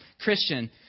Christian